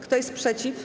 Kto jest przeciw?